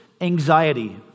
anxiety